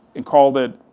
and called it,